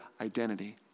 identity